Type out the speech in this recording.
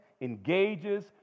engages